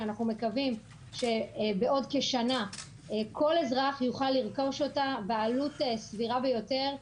שאנחנו מקווים שבעוד כשנה כל אזרח יוכל לרכוש אותה בעלות סבירה ביותר.